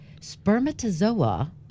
spermatozoa